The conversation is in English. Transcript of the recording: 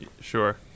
Sure